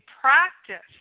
practice